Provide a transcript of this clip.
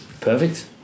perfect